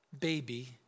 baby